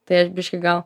tai aš biškį gal